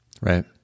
right